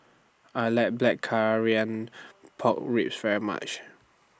I like Blackcurrant Pork Ribs very much